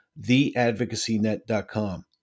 theadvocacynet.com